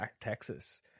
texas